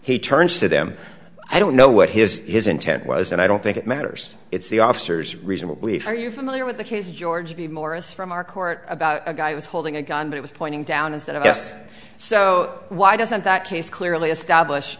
he turns to them i don't know what his intent was and i don't think it matters it's the officers reasonably are you familiar with the case george p morris from our court about a guy who was holding a gun but was pointing down instead of just so why doesn't that case clearly establish